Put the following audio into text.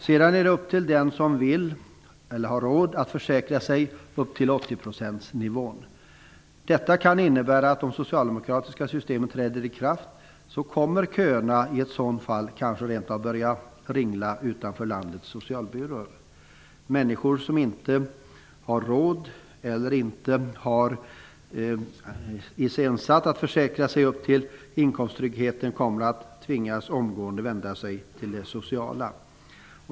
Sedan är det upp till den som vill eller har råd att försäkra sig upp till 80-procentsnivån. Detta kan innebära att om det socialdemokratiska systemet träder i kraft, kommer köerna kanske rent av börja ringla utanför landets socialbyråer. Människor som inte har råd eller inte har iscensatt att försäkra sig upp till inkomsttryggheten kommer att omgående tvingas vända sig till det sociala.